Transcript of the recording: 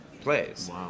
plays